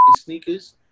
sneakers